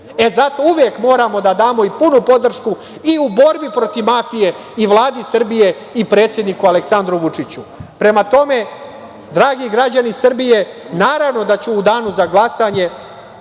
E, zato uvek moramo da damo i punu podršku borbi protiv mafije i Vladi Srbije i predsedniku Aleksandru Vučiću. Prema tome, dragi građani Srbije, naravno da ću u danu za glasanje